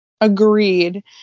Agreed